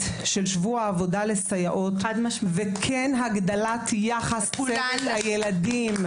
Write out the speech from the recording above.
של שבוע העבודה לסייעות וכן הגדלת יחס צוות לילדים.